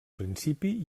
principi